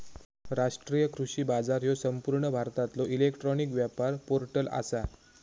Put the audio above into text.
राष्ट्रीय कृषी बाजार ह्यो संपूर्ण भारतातलो इलेक्ट्रॉनिक व्यापार पोर्टल आसा